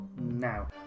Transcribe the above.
now